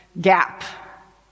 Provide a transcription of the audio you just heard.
gap